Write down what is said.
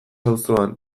auzoan